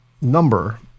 number